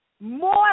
more